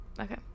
Okay